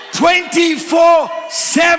24-7